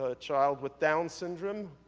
ah child with down's syndrome,